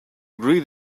agree